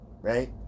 right